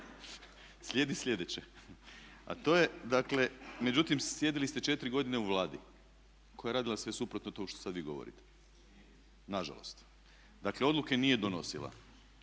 Slijedi slijedeće a to je dakle, međutim sjedili ste 4 godine u Vladi koja je radila sve suprotno od ovog što sad vi govorite nažalost. Dakle odluke nije donosila.